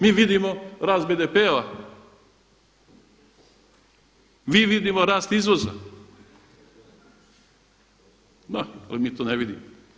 Mi vidimo rast BDP-a, mi vidimo rast izvoza, da ali mi to ne vidimo.